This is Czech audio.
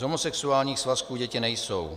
Z homosexuálních svazků děti nejsou.